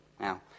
Now